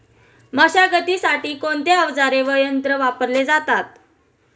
मशागतीसाठी कोणते अवजारे व यंत्र वापरले जातात?